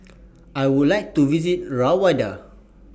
I Would like to visit Rwanda